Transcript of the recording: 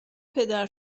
پدر